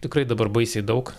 tikrai dabar baisiai daug